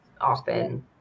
often